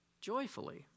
joyfully